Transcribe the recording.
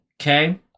okay